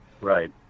Right